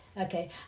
Okay